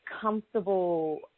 comfortable